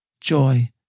Joy